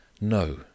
No